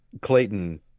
clayton